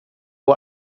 har